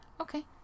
Okay